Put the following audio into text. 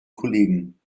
kollegen